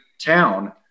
town